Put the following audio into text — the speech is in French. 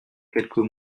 quelques